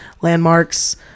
landmarks